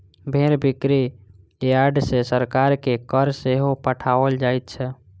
भेंड़ बिक्री यार्ड सॅ सरकार के कर सेहो पठाओल जाइत छै